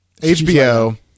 HBO